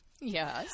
Yes